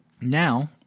now